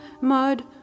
mud